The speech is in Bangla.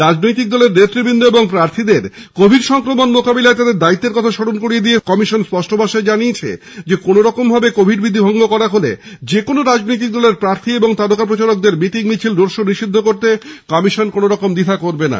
রাজনৈতিক দলের নেতৃবৃন্দ ও প্রার্থীদের কোভিড সংক্রমণ মোকাবিলায় তাদের দায়িত্বের কথা স্মরণ করিয়ে দিয়ে কমিশন স্পষ্ট ভাষায় জানিয়ে দিয়েছে কোনোরকমভাবে কোভিড বিধি ভঙ্গ করা হলে যেকোনো রাজনৈতিক দলের প্রার্থী ও তারকা প্রচারকের মিটিং মিছিল রোডশো নিষিদ্ধ করতে কমিশন দ্বিধা করবে না